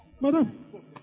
Madam